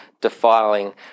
defiling